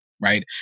right